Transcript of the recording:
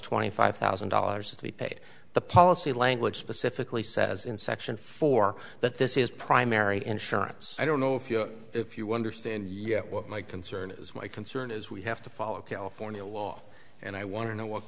twenty five thousand dollars that we paid the policy language specifically says in section four that this is primary insurance i don't know if you're if you wonder stand my concern is my concern is we have to follow california law and i want to know what